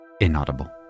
inaudible